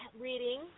reading